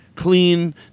clean